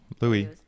Louis